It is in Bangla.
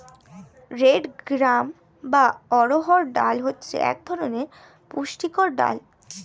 রেড গ্রাম বা অড়হর ডাল হচ্ছে এক ধরনের পুষ্টিকর ডাল